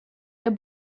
der